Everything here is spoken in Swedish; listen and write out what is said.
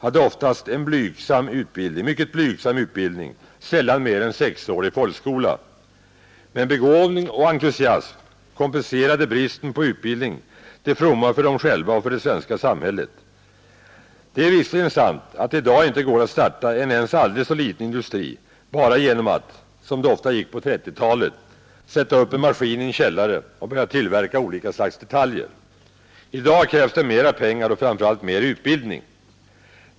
hade många gånger en mycket blygsam utbildning, sällan mer än 6-årig folkskola. Men begåvning och entusiasm kompenserade bristen på utbildning till fromma för dem själva och för det svenska samhället. Det är visserligen sant att det i dag inte går att starta en aldrig så liten industri bara genom att — som det ofta gick till på 1930-talet — sätta upp en maskin i en källare och börja tillverka olika slags detaljer. I dag krävs det mera pengar och framför allt mera utbildning.